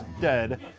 dead